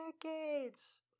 decades